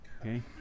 Okay